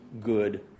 good